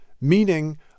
meaning